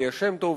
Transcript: ליה שמטוב,